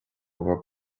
bhur